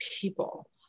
people